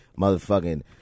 motherfucking